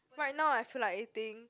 right now I feel like eating